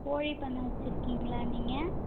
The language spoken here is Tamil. கோழி பண்ண வச்சு இருக்கீங்களா நீங்கள்